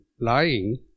lying